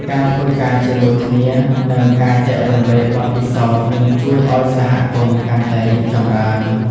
ការធ្វើការជាមួយគ្នានិងការចែករំលែកបទពិសោធន៍នឹងជួយឲ្យសហគមន៍កាន់តែរីកចម្រើន។